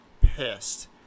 pissed